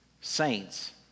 Saints